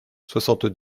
soixante